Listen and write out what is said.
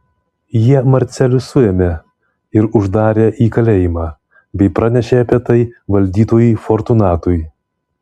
jie marcelių suėmė ir uždarė į kalėjimą bei pranešė apie tai valdytojui fortunatui